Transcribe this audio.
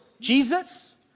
Jesus